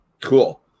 Cool